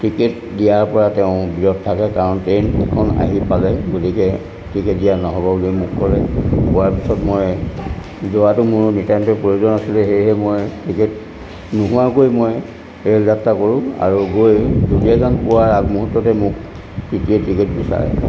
ticket দিয়াৰ পৰা তেওঁ বিৰত থাকে কাৰণ ট্ৰেইন সেইখন আহি পালে গতিকে টিকেট দিয়া নহ'ব বুলি মোক ক'লে কোৱাৰ পিছত মই যোৱাটো মোৰ নিতান্তই প্ৰয়োজন আছিলে সেয়েহে মই টিকেট নোহোৱাকৈ মই ৰেল যাত্ৰা কৰোঁ আৰু গৈ ডুলিয়াজান পোৱাৰ আগমুহূৰ্ততে মোক টিটিয়ে টিকেট বিচাৰে